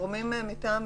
הגורמים מטעם פיקוד העורף ,